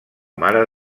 mare